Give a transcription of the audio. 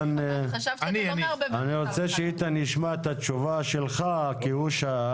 אני רוצה שאיתן ישמע את התשובה שלך, כי הוא שאל.